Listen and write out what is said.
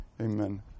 Amen